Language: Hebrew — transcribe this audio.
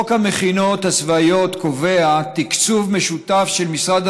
חוק המכינות הצבאיות קובע תקצוב משותף של משרד